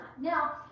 Now